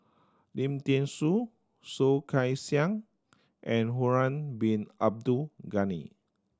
Lim Thean Soo Soh Kay Siang and Harun Bin Abdul Ghani